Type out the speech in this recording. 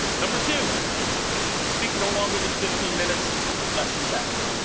number two speak no longer than fifteen minutes less is best